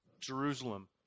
Jerusalem